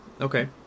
Okay